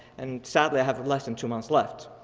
and sadly, i have a less than two months left.